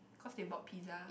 cause they bought pizza